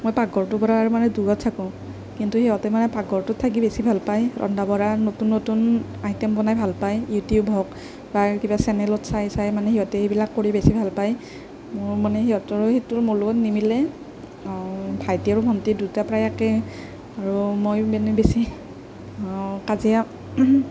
মই পাকঘৰটোৰ পৰা দূৰত থাকোঁ কিন্তু সিহঁতে মানে পাকঘৰটোত থাকি বেছি ভাল পায় ৰন্ধা বঢ়া নতুন নতুন আইটেম বনাই ভাল পায় ইউটিউব হওঁক বা কিবা চেনেলত চাই চাই সিহঁতে সেইবিলাক কৰি বেছি ভাল পায় মোৰ মানে সিহঁতৰ সেইটো মোৰ লগত নিমিলে ভাইটি আৰু ভণ্টি দুয়োটা প্ৰায় একেই আৰু মই মানে বেছি কাজিয়া